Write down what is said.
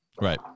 Right